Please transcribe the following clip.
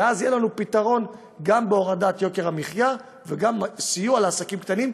ואז יהיה לנו פתרון גם בהורדת יוקר המחיה וגם סיוע לעסקים קטנים,